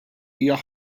hija